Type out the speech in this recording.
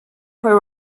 per